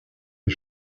des